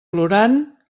plorant